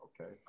Okay